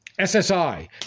SSI